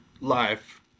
life